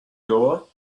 door